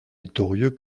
victorieux